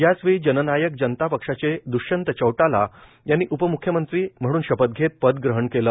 याचवेळी जननायक जनता पक्षाचे दृष्यंत चौटाला यांनी उपम्ख्यमंत्री म्हणून शपथ घेत पद ग्रहण केलं